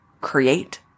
create